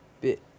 bit